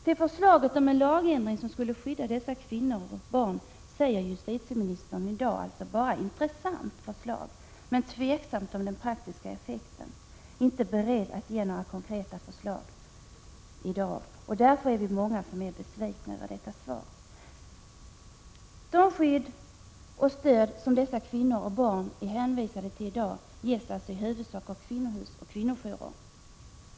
Till förslaget om en lagändring som skulle skydda dessa kvinnor och barn säger justitieministern: Det är bra och intressant, men den praktiska effekten är tvivelaktig. Han är inte beredd att ge några konkreta förslag i dag. Vi är — Prot. 1986/87:49 många som är besvikna över att inte få ett konkret besked i dag! 15 december 1986 Det skydd och stöd dessa kvinnor och barn får i dag ges i huvudsak av ONE kvinnohus och kvinnojourer.